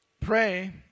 pray